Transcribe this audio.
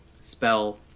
spell